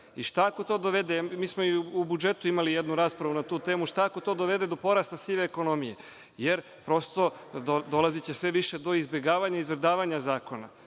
I šta ako to dovede, mi smo i o budžetu imali jednu raspravu na tu temu, šta ako to dovede do porasta sive ekonomije? Jer, prosto, dolaziće sve više do izbegavanja i izvrdavanja zakona